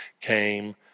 came